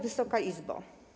Wysoka Izbo!